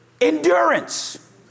endurance